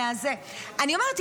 אני אומרת,